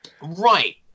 Right